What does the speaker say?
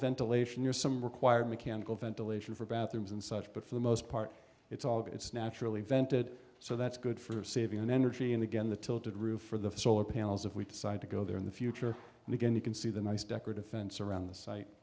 ventilation are some required mechanical ventilation for bathrooms and such but for the most part it's all it's naturally vented so that's good for saving energy and again the tilted roof or the solar panels if we decide to go there in the future and again you can see the nice decorative fence around the site